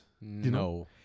No